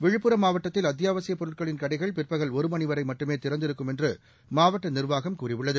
விழுப்புரம் மாவட்டத்தில் அத்தியாவசியப் பொருட்களின் கடைகள் பிற்பகல் ஒரு மணிவரை மட்டுமே திறந்திருக்கும் என்று மாவட்ட நிர்வாகம் கூறியுள்ளது